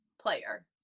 player